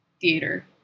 theater